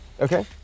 Okay